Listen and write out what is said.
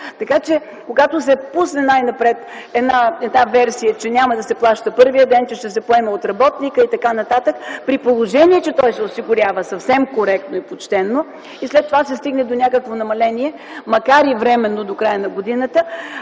котето.”. Когато се пусне най-напред една версия, че няма да се плаща първият ден, че ще се поеме от работника и така нататък, при положение че той се осигурява съвсем коректно и почтено и след това се стигне до някакво намаление, макар и временно до края на годината,